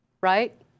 right